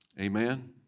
Amen